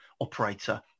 operator